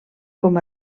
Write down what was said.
com